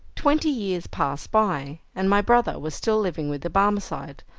twenty years passed by, and my brother was still living with the barmecide,